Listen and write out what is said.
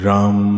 Ram